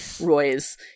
roy's